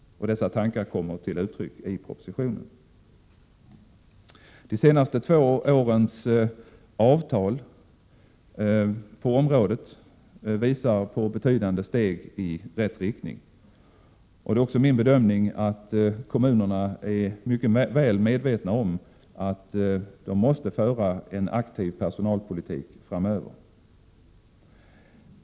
Dessa tankar kommer till uttryck i propositionen. De senaste två årens avtal på området visar på betydande steg i rätt riktning. Det är också min bedömning att kommunerna är mycket väl medvetna om att de måste föra en aktiv personalpolitik framöver.